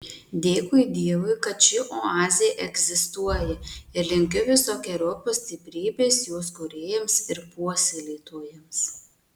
dėkui dievui kad ši oazė egzistuoja ir linkiu visokeriopos stiprybės jos kūrėjams ir puoselėtojams